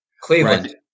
Cleveland